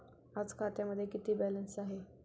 आज खात्यामध्ये किती बॅलन्स आहे?